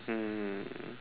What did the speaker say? mm